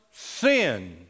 Sin